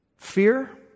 Fear